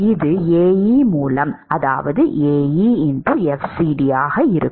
இது Ae மூலம் Ae fcd ஆக இருக்கும்